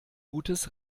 gutes